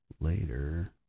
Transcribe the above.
later